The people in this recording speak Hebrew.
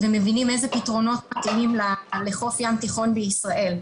ומבינים איזה פתרונות מתאימים לחוף ים תיכון בישראל.